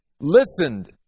listened